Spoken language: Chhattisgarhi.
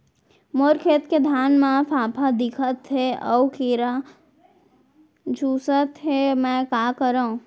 मोर खेत के धान मा फ़ांफां दिखत हे अऊ कीरा चुसत हे मैं का करंव?